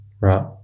Right